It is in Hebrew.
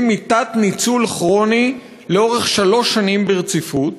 מתת-ניצול כרוני לאורך שלוש שנים ברציפות.